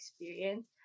experience